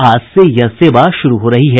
आज से यह सेवा शुरू हो रही है